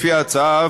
לפי ההצעה,